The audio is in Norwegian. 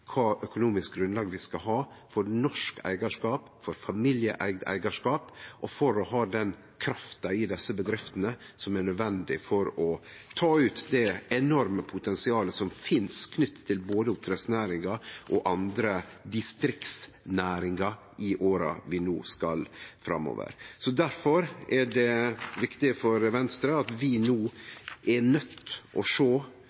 kva økonomisk grunnlag vi skal ha for norsk eigarskap, for familieeigd eigarskap og for å ha den krafta i desse bedriftene som er nødvendig for å ta ut det enorme potensialet som finst knytt til både oppdrettsnæringa og andre distriktsnæringar, i åra framover. Difor er det viktig for Venstre at vi no